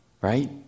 right